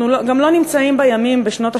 אנחנו גם לא נמצאים בשנות ה-80,